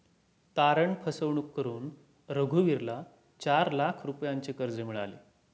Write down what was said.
तारण फसवणूक करून रघुवीरला चार लाख रुपयांचे कर्ज मिळाले